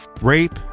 rape